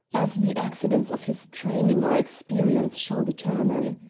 as the accidents of his training or experience shall determine.